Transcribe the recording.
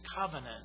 covenant